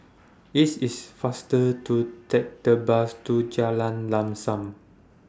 IT IS faster to Take The Bus to Jalan Lam SAM